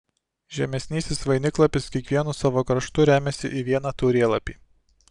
žemesnysis vainiklapis kiekvienu savo kraštu remiasi į vieną taurėlapį